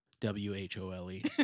W-H-O-L-E